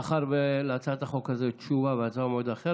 מאחר שלהצעת החוק הזאת התשובה וההצבעה במועד אחר,